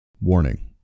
warning